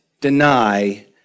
deny